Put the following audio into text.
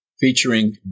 featuring